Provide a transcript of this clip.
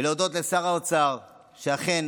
ולהודות לשר האוצר שאכן